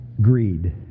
greed